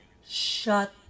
Shut